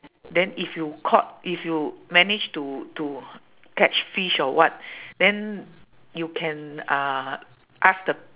then if you caught if you managed to to catch fish or what then you can uh ask the